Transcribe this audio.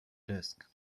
desk